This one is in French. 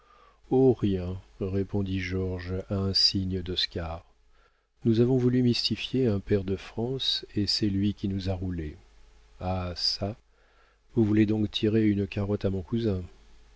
rien répondit georges à un signe d'oscar nous avons voulu mystifier un pair de france et c'est lui qui nous a roulés ah çà vous voulez donc tirer une carotte à mon cousin